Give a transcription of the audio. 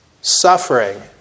Suffering